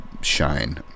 shine